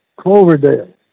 Cloverdale